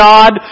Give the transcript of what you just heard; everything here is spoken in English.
God